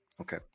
okay